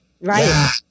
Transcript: right